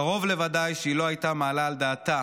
קרוב לוודאי שהיא לא הייתה מעלה על דעתה